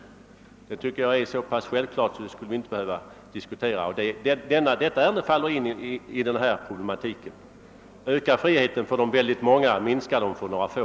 Det tycker jag är så självklart att vi inte skulle behöva diskutera saken. Och detta ärende innehåller samma problematik: öka friheten för de många, minska den för några få.